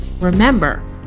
Remember